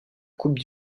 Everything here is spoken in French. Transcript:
coupe